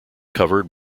covered